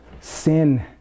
sin